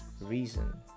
reason